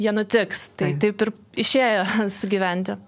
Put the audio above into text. jie nutiks tai taip ir išėjo sugyventi